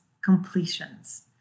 completions